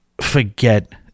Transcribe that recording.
forget